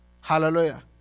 Hallelujah